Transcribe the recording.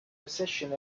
recession